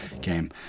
game